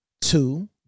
two